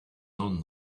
own